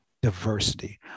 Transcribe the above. diversity